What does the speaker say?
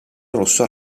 rosso